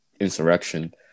insurrection